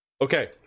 Okay